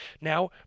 Now